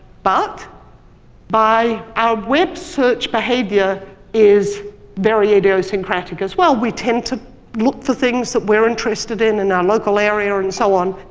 but our web search behavior is very idiosyncratic as well. we tend to look for things that we're interested in and our local area and and so on.